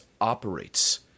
operates